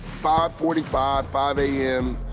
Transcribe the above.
five forty five, five a m.